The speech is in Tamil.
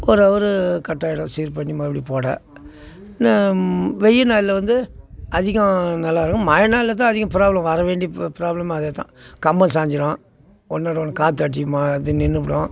ஒரு அவர் கட் ஆகிடும் சீர் பண்ணி மறுபடியும் போட வெயி நாளில் வந்து அதிகம் நல்லா இருக்கும் மழை நாளில் தான் அதிகம் பிராப்ளம் வரவேண்டிய பி பிராப்ளம் அதேதான் கம்பம் சாஞ்சிடும் ஒன்றோட ஒன்று காற்று அடித்து மா அது நின்னுடும்